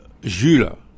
Jules